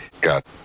got